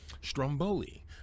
Stromboli